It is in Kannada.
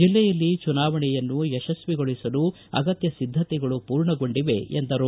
ಜಿಲ್ಲೆಯಲ್ಲಿ ಚುನಾವಣೆಯನ್ನು ಯಶಸ್ವಿಗೊಳಿಸಲು ಅಗತ್ತ ಸಿದ್ದತೆಗಳು ಪೂರ್ಣಗೊಂಡಿವೆ ಎಂದರು